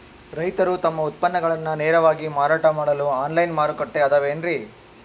ರೈತರು ತಮ್ಮ ಉತ್ಪನ್ನಗಳನ್ನ ನೇರವಾಗಿ ಮಾರಾಟ ಮಾಡಲು ಆನ್ಲೈನ್ ಮಾರುಕಟ್ಟೆ ಅದವೇನ್ರಿ?